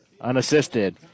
unassisted